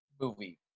Movie